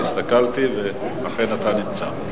הסתכלתי ואכן אתה נמצא.